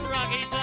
Rocky